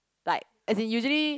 like as in usually